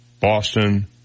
Boston